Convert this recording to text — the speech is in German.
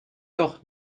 doch